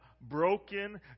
broken